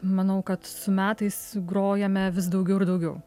manau kad su metais grojame vis daugiau ir daugiau